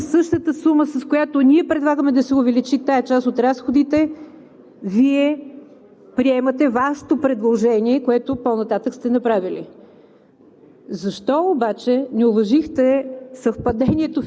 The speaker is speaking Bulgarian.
Практически обаче Вие сте го подкрепили, защото със същата сума, с която ние предлагаме да се увеличи тази част от разходите, Вие приемате Вашето предложение, което по-нататък сте направили.